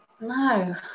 no